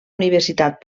universitat